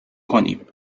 کنیم